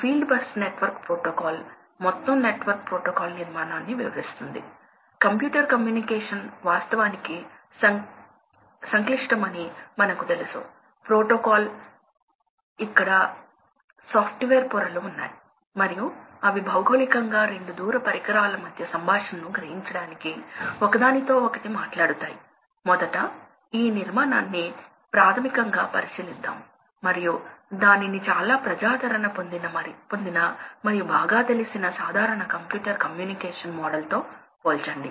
కాబట్టి అటువంటి అప్లికేషన్స్ లలో ప్రవాహాన్ని ఎలా నియంత్రించాలో మనము చూడబోతున్నాము మరియు ప్రవాహం సాధారణంగా మోటారు ద్వారా పంపు ను నడపడం ద్వారా నియంత్రించబడుతుంది కానీ మీరు పంపును మోటారు ద్వారా డ్రైవ్ చేస్తే అప్పుడు అది కొంత మొత్తంలో గాలిని నడుపుతుంది మీకు పంపు ఉంటే అది నీరు కావచ్చు